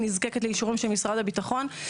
היא נזקקת לאישורים של משרד הביטחון.